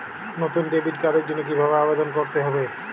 নতুন ডেবিট কার্ডের জন্য কীভাবে আবেদন করতে হবে?